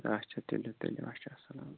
اچھا تُلِوٗ تیٚلہِ اَچھا اَسلامُ علیکُم